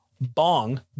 bong